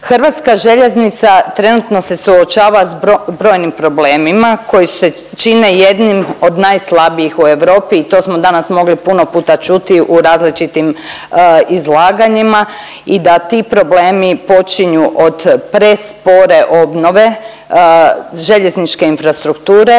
Hrvatska željeznica trenutno se suočava s brojim problemima koji se čine jednim od najslabijih u Europi i to smo danas mogli puno puta čuti u različitim izlaganjima i da ti problemi počinju od prespore obnove željezničke infrastrukture